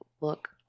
look